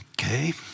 Okay